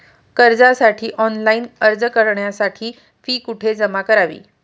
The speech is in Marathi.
कर्जासाठी ऑनलाइन अर्ज करण्यासाठी फी कुठे जमा करावी?